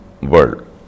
world